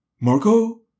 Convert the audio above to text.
Marco